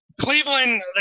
Cleveland